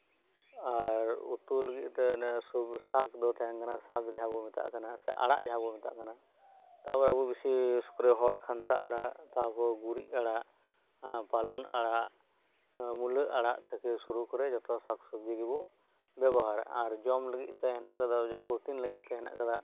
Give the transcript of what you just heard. ᱟᱨ ᱩᱛᱩ ᱞᱟᱹᱜᱤᱫᱛᱮ ᱥᱟᱠ ᱡᱟᱦᱟᱸ ᱛᱟᱦᱮᱱ ᱠᱟᱱᱟ ᱥᱟᱠ ᱡᱟᱦᱟ ᱵᱚᱱ ᱢᱮᱛᱟᱜ ᱥᱮ ᱟᱲᱟᱜ ᱡᱟᱦᱟᱸ ᱵᱚᱱ ᱢᱮᱛᱟᱜ ᱠᱟᱱᱟ ᱛᱟᱨᱯᱚᱨᱮ ᱟᱵᱚ ᱵᱮᱥᱤ ᱦᱚᱲ ᱠᱷᱟᱱᱛᱟ ᱟᱲᱟᱜ ᱛᱟᱨᱯᱚᱨ ᱜᱩᱨᱤᱡ ᱟᱲᱟᱜ ᱮᱫ ᱯᱟᱞᱚᱱ ᱟᱲᱟᱜ ᱢᱩᱞᱟᱹ ᱟᱲᱟᱜ ᱛᱷᱮᱠᱮ ᱥᱩᱨᱩ ᱠᱚᱨᱮ ᱡᱷᱚᱛᱚ ᱥᱟᱠ ᱥᱚᱵᱽᱡᱤ ᱜᱮᱵᱚᱱ ᱵᱮᱵᱚᱦᱟᱨᱟ ᱟᱨ ᱡᱚᱢ ᱞᱟᱹᱜᱤᱫ ᱫᱚ ᱦᱮᱱᱟᱜ ᱟᱠᱟᱫᱟ ᱯᱨᱚᱴᱤᱱ ᱞᱟᱹᱜᱤᱛ ᱛᱮ ᱦᱮᱱᱟᱜ ᱠᱟᱫᱟ